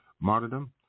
martyrdom